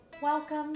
Welcome